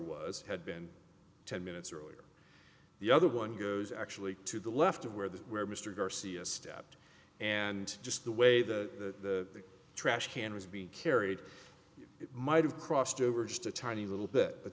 was had been ten minutes earlier the other one is actually to the left of where the where mr garcia stepped and just the way the trash can was be carried it might have crossed over just a tiny little bit but